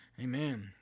Amen